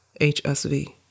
HSV